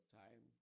time